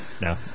No